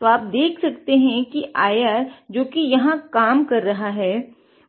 तो आप देख सकते हैं कि IR सेंसर जो यहाँ काम कर रहा है